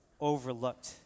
Overlooked